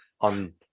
on